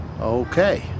Okay